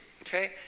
okay